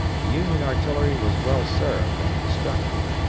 the union artillery was well served and destructive,